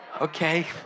okay